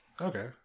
Okay